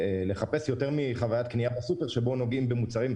הרבה יותר מקנייה בסופר ששם הרבה אנשים נוגעים באותו המוצר.